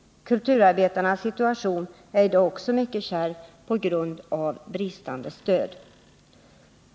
Kulturarbetarnas situation är i dag också mycket kärv på grund av bristande stöd.